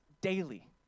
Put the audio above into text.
daily